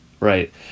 Right